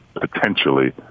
potentially